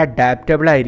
Adaptable